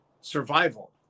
survival